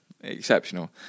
Exceptional